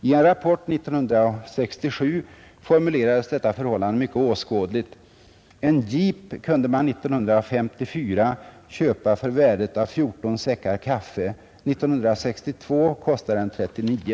I en rapport 1967 formulerades detta förhållande mycket åskådligt: ”En jeep kunde man 1954 köpa för värdet av fjorton säckar kaffe — 1962 kostade den trettionio.”